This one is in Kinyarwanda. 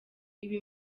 ibi